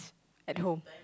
at home